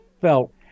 felt